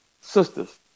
sisters